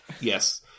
Yes